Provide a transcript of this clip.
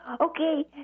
Okay